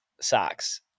Socks